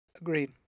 Agreed